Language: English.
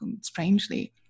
strangely